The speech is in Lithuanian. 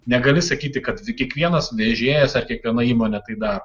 negali sakyti kad kiekvienas vežėjas ar kiekviena įmonė tai daro